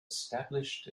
established